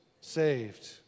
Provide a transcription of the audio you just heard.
saved